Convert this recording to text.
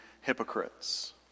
hypocrites